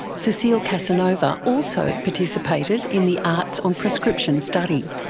cecile casanova also participated in the arts on prescription study.